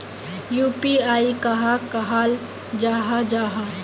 UPI कहाक कहाल जाहा जाहा?